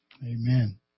Amen